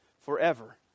forever